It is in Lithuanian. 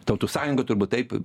tautų sąjunga turbūt taip